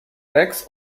rex